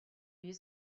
you